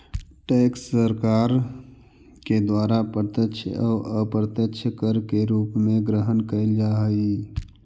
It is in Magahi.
टैक्स सरकार के द्वारा प्रत्यक्ष अउ अप्रत्यक्ष कर के रूप में ग्रहण कैल जा हई